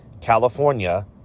California